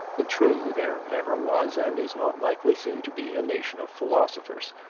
and true, there never was and is not likely soon to be a nation of philosophers,